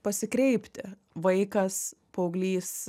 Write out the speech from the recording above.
pasikreipti vaikas paauglys